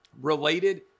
related